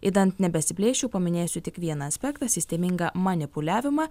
idant nebesiplėsčiau paminėsiu tik vieną aspektą sistemingą manipuliavimą